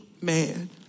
man